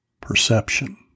perception